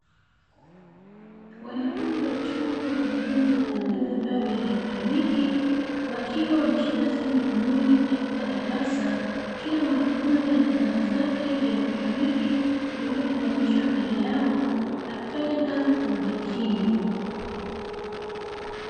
Wanafunzi wa chuo wakijifunza kutengeneza vifaa vya elektroniki wakiwa wameshika simu mikononi katika darasa, kila mwanafunzi ana dhana zake za elektroniki zilizotenganishwa mbele yao akifanya kazi kwa umakini.